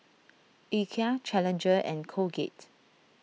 Ikea Challenger and Colgate